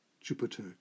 Jupiter